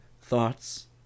Thoughts